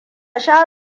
sha